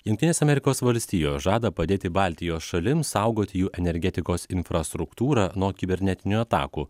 jungtinės amerikos valstijos žada padėti baltijos šalims saugoti jų energetikos infrastruktūrą nuo kibernetinių atakų